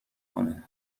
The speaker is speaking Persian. کنه